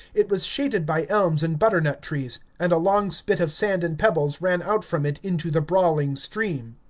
it was shaded by elms and butternut-trees, and a long spit of sand and pebbles ran out from it into the brawling stream.